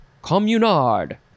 communard